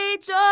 joy